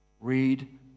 read